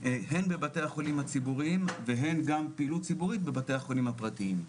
הן בבתי החולים הציבוריים והן גם פעילות ציבורית בבתי החולים הפרטיים.